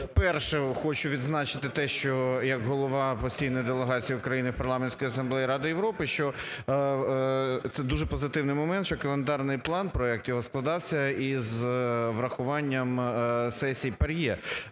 вперше хочу відзначити те, що, як голова постійної делегації в країнах Парламентської асамблеї Ради Європи, що це дуже позитивний момент, що календарний план, проект його, складався із врахуванням сесій ПАРЄ,